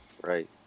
Right